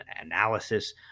analysis